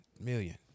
Million